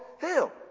hell